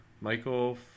Michael